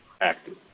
active